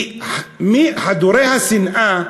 כי חדורי השנאה,